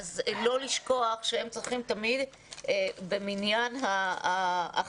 לא לשכוח שהם צריכים תמיד להיספר במניין ההחרגה.